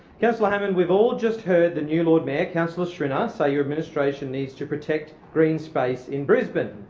councillor hammond, we've all just heard the new lord mayor, councillor schrinner, say your administration needs to protect green space in brisbane.